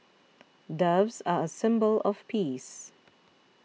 doves are a symbol of peace